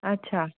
अच्छा